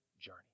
journey